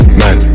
man